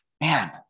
Man